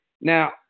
Now